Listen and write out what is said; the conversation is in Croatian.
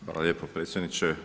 Hvala lijepo predsjedniče.